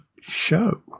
show